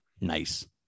nice